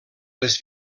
les